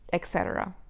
et cetera.